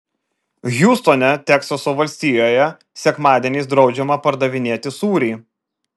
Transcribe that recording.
hjustone teksaso valstijoje sekmadieniais draudžiama pardavinėti sūrį